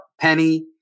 Penny